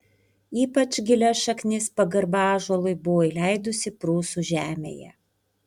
ypač gilias šaknis pagarba ąžuolui buvo įleidusi prūsų žemėje